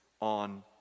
on